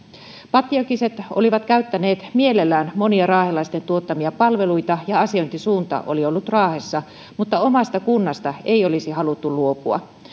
pattijokiset olivat käyttäneet mielellään monia raahelaisten tuottamia palveluita ja asiointisuunta oli ollut raahessa mutta omasta kunnasta ei olisi haluttu luopua